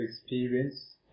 experience